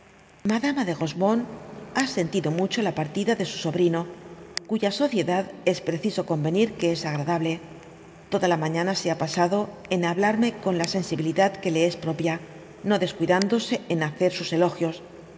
madama de rosemonde ha sentido mucho la partida de su sobrino cuya sociedad es preciso convenir que es agradable toda la mañana se ha pasado en hablarme con la sensibilidad que le es pro pia no descuidándose en hacer sus elogios